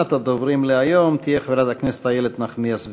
אחרונת הדוברים להיום תהיה חברת הכנסת איילת נחמיאס ורבין.